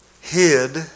hid